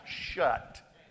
shut